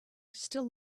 still